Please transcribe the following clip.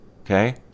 okay